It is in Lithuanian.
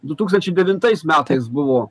du tūkstančiai devintais metais buvo